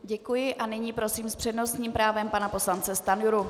Děkuji a nyní prosím s přednostním právem pana poslance Stanjuru.